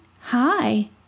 Hi